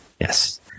Yes